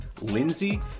Lindsay